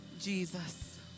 Jesus